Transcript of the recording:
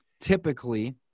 typically